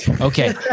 Okay